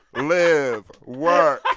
live. work.